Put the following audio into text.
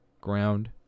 ground